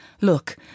Look